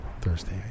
Thursday